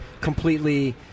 completely